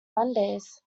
mondays